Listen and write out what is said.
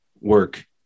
work